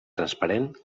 transparent